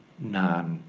non,